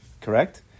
Correct